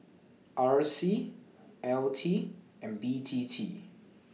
R C L T and B T T